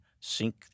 sink